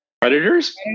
Predators